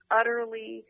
utterly